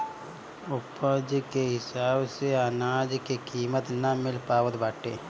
उपज के हिसाब से अनाज के कीमत ना मिल पावत बाटे